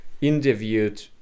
interviewed